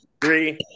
three